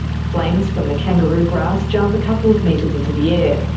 flames from the kangaroo grass jump a couple of metres into the air.